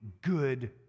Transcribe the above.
good